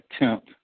attempt